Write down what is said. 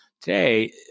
today